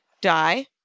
die